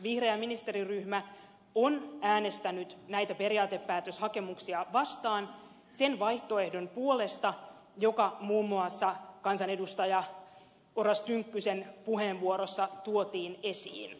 vihreä ministeriryhmä on äänestänyt näitä periaatepäätöshakemuksia vastaan sen vaihtoehdon puolesta joka muun muassa kansanedustaja oras tynkkysen puheenvuorossa tuotiin esiin